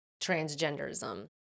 transgenderism